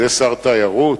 זה שר תיירות?